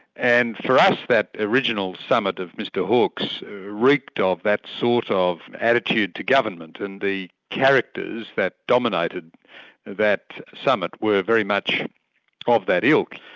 and for us, that original summit of mr hawke's reeked of that sort of attitude to government. and the characters that dominated that summit were very much ah that ilk.